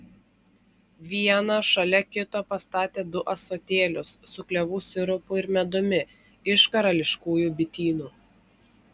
vieną šalia kito pastatė du ąsotėlius su klevų sirupu ir medumi iš karališkųjų bitynų